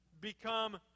become